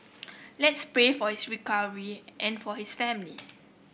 let's pray for his recovery and for his family